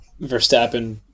Verstappen